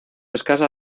escasa